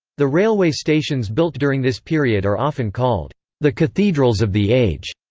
the railway stations built during this period are often called the cathedrals of the age.